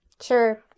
sure